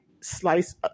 slice